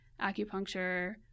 acupuncture